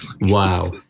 Wow